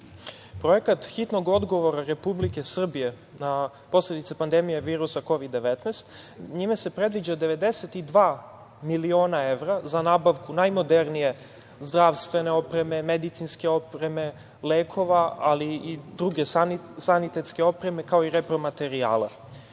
državu. Projekat hitnog odgovora Republike Srbije na posledice pandemije virusa Kovid-19, njime se predviđa 92 miliona evra za nabavku najmodernije zdravstvene opreme, medicinske opreme, lekova, ali i druge sanitetske opreme, kao i repromaterijala.